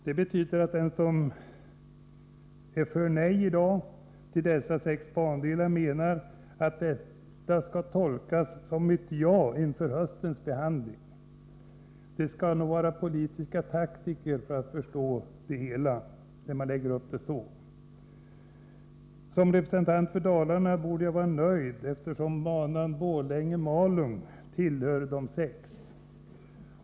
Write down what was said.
Det betyder att den som röstar nej i dag i fråga om dessa sex bandelar menar att detta skall tolkas som ett ja inför höstens behandling. — Man skall nog vara politisk taktiker för att förstå det hela, när behandlingen läggs upp på det sättet. Som representant för Dalarna borde jag vara nöjd, eftersom banan Borlänge-Malung tillhör de sex bandelar som skall bevaras.